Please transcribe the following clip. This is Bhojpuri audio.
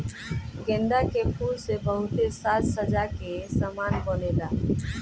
गेंदा के फूल से बहुते साज सज्जा के समान बनेला